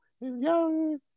Young